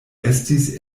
estis